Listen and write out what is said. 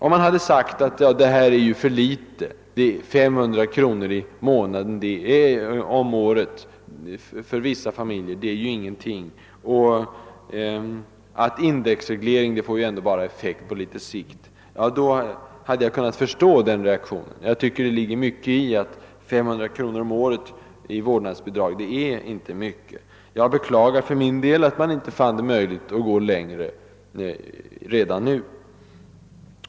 Om man hade sagt: Det här är ju alldeles för litet; bara 500 kronor om året för vissa familjer — det är ju ingenting — och indexreglering får ju bara effekt på längre sikt, då hade jag kunnat förstå den reaktionen. Jag tycker det ligger mycket i påståendet att 500 kronor om året i vårdnadsbidrag inte är särskilt mycket. Jag beklagar för min del att man inte funnit det möjligt att sträcka sig längre redan nu.